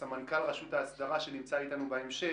סמנכ"ל רשות ההסדרה שנמצא איתנו בהמשך,